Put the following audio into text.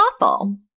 awful